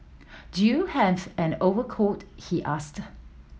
do you have an overcoat he asked